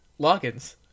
logins